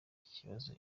kibazo